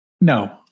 No